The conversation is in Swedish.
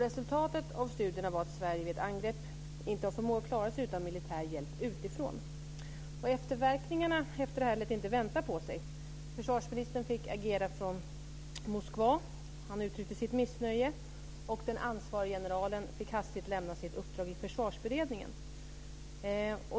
Resultatet av studierna var att Sverige vid angrepp inte har förmåga att klara sig utan militär hjälp utifrån. Efterverkningarna lät inte vänta på sig. Försvarsministern fick agera från Moskva. Han uttryckte sitt missnöje, och den ansvarige generalen fick hastigt lämna sitt uppdrag i Försvarsberedningen.